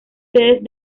sedes